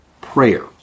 prayer